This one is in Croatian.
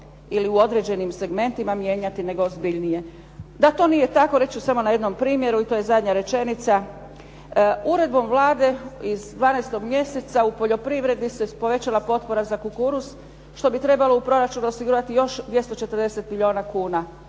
ili u određenim segmentima mijenjati, nego ozbiljnije. Da to nije tako, reći ću samo na jednom primjeru i to je zadnja rečenica. Uredbom Vlade iz 12. mjeseca u poljoprivredi se povećala potpora za kukuruz, što bi trebalo u proračunu osigurati još 240 milijuna kuna.